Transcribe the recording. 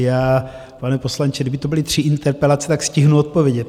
Já, pane poslanče, kdyby to byly tři interpelace, stihnu odpovědět.